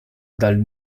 dal